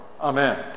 amen